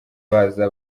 baza